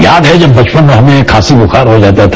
याद है जब बचपन में हमें खांसी बुखार हो जाता था